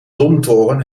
domtoren